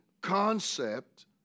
concept